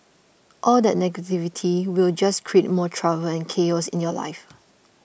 all that negativity will just create more trouble and chaos in your life